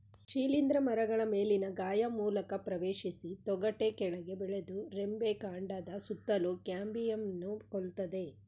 ಶಿಲೀಂಧ್ರ ಮರಗಳ ಮೇಲಿನ ಗಾಯ ಮೂಲಕ ಪ್ರವೇಶಿಸಿ ತೊಗಟೆ ಕೆಳಗೆ ಬೆಳೆದು ರೆಂಬೆ ಕಾಂಡದ ಸುತ್ತಲೂ ಕ್ಯಾಂಬಿಯಂನ್ನು ಕೊಲ್ತದೆ